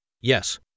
Yes